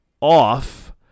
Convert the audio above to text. off